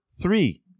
three